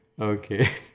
Okay